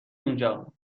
اونجا